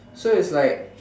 so it's like